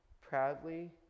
proudly